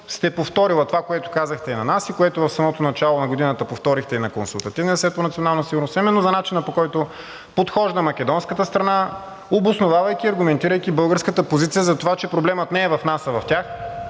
сте повторили това, което казахте на нас и което в самото начало на годината повторихте на Консултативния съвет по национална сигурност, а именно за начина, по който подхожда македонската страна, обосновавайки и аргументирайки българската позиция за това, че проблемът не е в нас, а в тях,